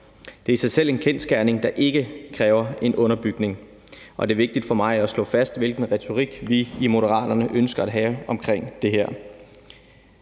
Det er i sig selv en kendsgerning, der ikke kræver en underbygning, og det er vigtigt for mig at slå fast, hvilken retorik vi i Moderaterne ønsker at have omkring det her.